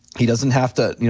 he doesn't have to, you